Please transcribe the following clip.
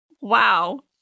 Wow